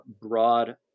broad